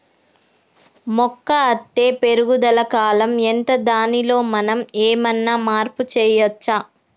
మొక్క అత్తే పెరుగుదల కాలం ఎంత దానిలో మనం ఏమన్నా మార్పు చేయచ్చా?